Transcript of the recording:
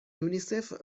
یونیسف